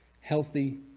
healthy